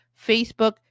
facebook